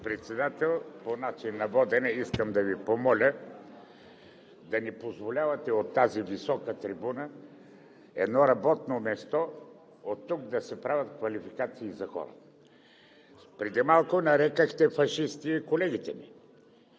Председател, по начина на водене. Искам да Ви помоля да не позволявате от тази висока трибуна – едно работно място, оттук да се правят квалификации за хората. Преди малко нарекохте „фашисти“ колегите ми.